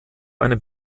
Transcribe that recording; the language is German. einem